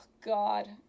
god